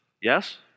Yes